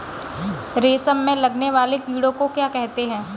रेशम में लगने वाले कीड़े को क्या कहते हैं?